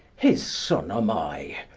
his sonne am i,